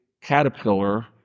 caterpillar